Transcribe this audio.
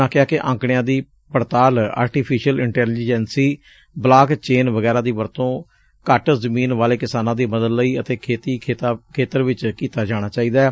ਉਨ੍ਹਾਂ ਕਿਹਾ ਕਿ ਆਂਕੜਿਆਂ ਦੀ ਪੜਤਾਲ ਆਰਟੀਫੀਸ਼ੀਅਲ ਇੰਟਲੀਜੈਂਸੀ ਬਲਾਕ ਚੇਨ ਵਗੈਰਾ ਦੀ ਵਰਤੋਂ ਘੱਟ ਜ਼ਮੀਨ ਵਾਲੇ ਕਿਸਾਨਾਂ ਦੀ ਮਦਦ ਲਈ ਅਤੇ ਖੇਤੀ ਖੇਤਰ ਵਿਚ ਕੀਤਾ ਜਾਣਾ ਚਾਹੀਦੈ